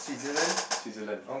Switzerland